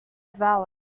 valley